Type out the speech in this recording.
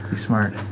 smart.